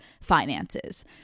finances